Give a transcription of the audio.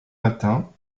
matin